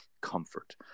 comfort